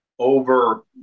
Over